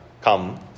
come